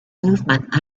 movement